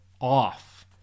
off